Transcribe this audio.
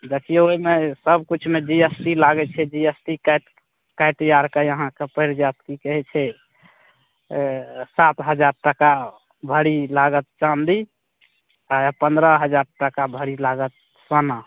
देखिऔ एहिमे सबकिछुमे जी एस टी लागै छै जी एस टी काटि काटि आओरके अहाँकेँ पड़ि जाएत कि कहै छै अँ सात हजार टाका भरी लागत चाँदी आओर पनरह हजार टाका भरी लागत सोना